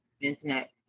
internet